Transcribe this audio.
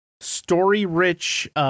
Story-rich